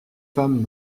femmes